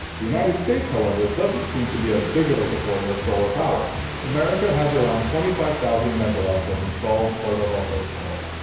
the united states, however, doesn't seem to be as big of a supporter of solar power americans has around twenty five thousand megawatts of installed photovoltaic power.